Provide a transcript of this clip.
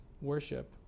worship